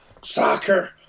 soccer